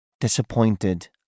Disappointed